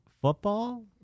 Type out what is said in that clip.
football